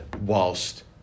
whilst